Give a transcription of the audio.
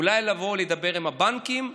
אולי לבוא לדבר עם הבנקים,